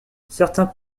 certains